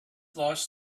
lost